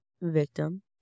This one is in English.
victim